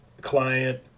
client